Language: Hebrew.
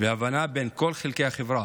והבנה בין כל חלקי החברה,